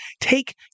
take